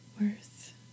worth